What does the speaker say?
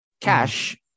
cash